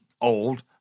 old